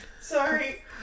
Sorry